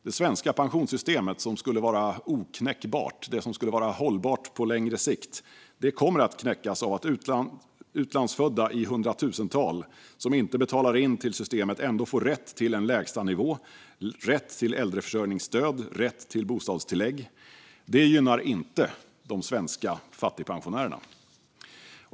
Det svenska pensionssystemet, som skulle vara oknäckbart, som skulle vara hållbart på längre sikt, kommer att knäckas av att utlandsfödda i hundratusental som inte betalar in till systemet ändå får rätt till en lägstanivå, rätt till äldreförsörjningsstöd och rätt till bostadstillägg. Det gynnar inte de svenska fattigpensionärerna.